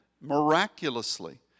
miraculously